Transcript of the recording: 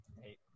hey